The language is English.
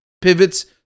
pivots